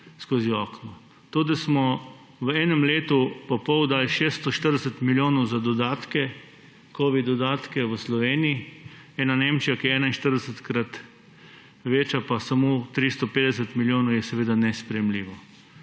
skozi okno. To, da smo v enem letu pa pol dali 640 milijonov za dodatke, covid dodatke v Sloveniji, ena Nemčija, ki je 41-krat večja, pa samo 350 milijonov, je seveda nesprejemljivo.